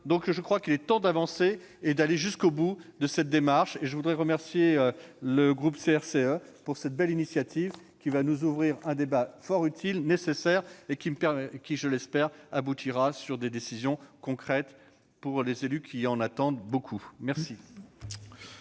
voté ce texte ... Il est temps d'avancer et d'aller au bout de cette démarche. Je tiens à remercier le groupe CRCE de cette belle initiative, qui va permettre d'ouvrir un débat fort utile, nécessaire, et qui, je l'espère, aboutira à des décisions concrètes pour les élus qui en attendent beaucoup. La